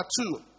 two